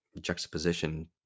juxtaposition